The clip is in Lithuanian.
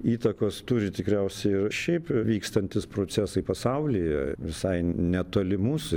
įtakos turi tikriausiai ir šiaip vykstantys procesai pasaulyje visai netoli mūsų